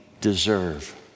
deserve